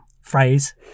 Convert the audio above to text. phrase